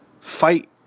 fight